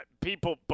people